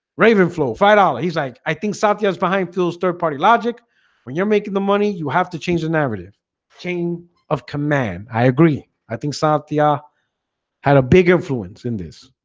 raven flew right out. he's like i think south wales behind phil's third party logic when you're making the money you have to change the narrative chain of command i agree i think south tia had a big influence in this